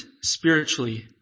spiritually